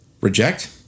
reject